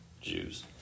Jews